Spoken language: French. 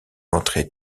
entrée